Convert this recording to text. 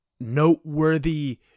noteworthy